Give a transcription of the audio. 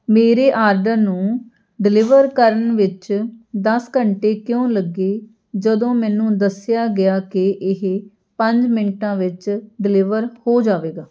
ਮੇਰੇ ਆਰਡਰ ਨੂੰ ਡਿਲੀਵਰ ਕਰਨ ਵਿੱਚ ਦਸ ਘੰਟੇ ਕਿਉਂ ਲੱਗੇ ਜਦੋਂ ਮੈਨੂੰ ਦੱਸਿਆ ਗਿਆ ਕਿ ਇਹ ਪੰਜ ਮਿੰਟਾਂ ਵਿੱਚ ਡਿਲੀਵਰ ਹੋ ਜਾਵੇਗਾ